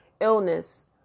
illness